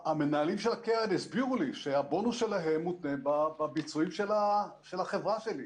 המנהלים של הקרן הסבירו לי שהבונוס שלהם מותנה בביצועים של החברה שלי,